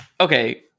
Okay